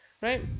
Right